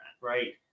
right